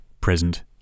present